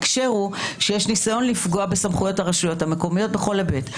ההקשר הוא שיש ניסיון לפגוע בסמכויות הרשויות המקומיות בכל היבט.